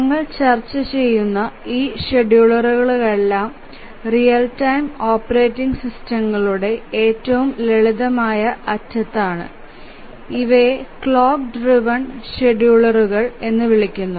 ഞങ്ങൾ ചർച്ച ചെയ്യുന്ന ഈ ഷെഡ്യൂളറുകളെല്ലാം റിയൽ ടൈം ഓപ്പറേറ്റിംഗ് സിസ്റ്റങ്ങളുടെ ഏറ്റവും ലളിതമായ അറ്റത്താണ് ഇവയെ ക്ലോക്ക് ഡ്രെവൻ ഷെഡ്യൂളറുകൾ എന്ന് വിളിക്കുന്നു